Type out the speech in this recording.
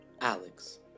Alex